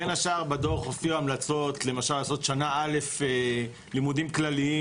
בין השאר בדוח הופיעו המלצות למשל לעשות שנה א' לימודים כלליים